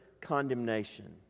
condemnation